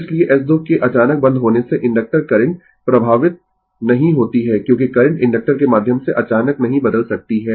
इसलिए S 2 के अचानक बंद होने से इंडक्टर करंट प्रभावित नहीं होती है क्योंकि करंट इंडक्टर के माध्यम से अचानक नहीं बदल सकती है